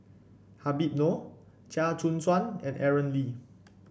Habib Noh Chia Choo Suan and Aaron Lee